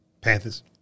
Panthers